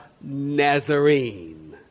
Nazarene